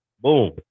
Boom